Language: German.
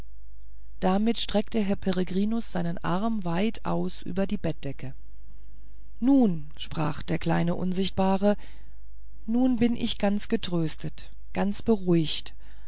damit streckte herr peregrinus seinen arm weit aus über die bettdecke nun sprach der kleine unsichtbare nun bin ich ganz getröstet ganz beruhigt